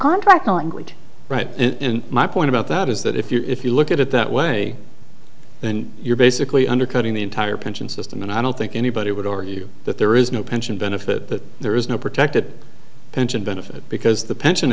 write in my point about that is that if you if you look at it that way then you're basically undercutting the entire pension system and i don't think anybody would argue that there is no pension benefit that there is no protected pension benefit because the pension